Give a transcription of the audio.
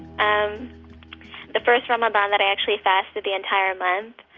um the first ramadan that i actually fasted the entire month,